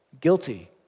Guilty